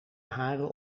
haren